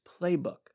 playbook